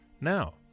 Now